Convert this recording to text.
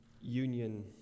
union